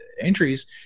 entries